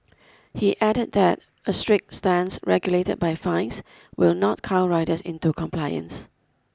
he added that a strict stance regulated by fines will not cow riders into compliance